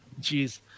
Jeez